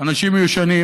אנשים מיושנים,